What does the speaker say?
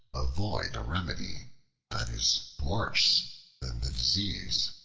avoid a remedy that is worse than the disease.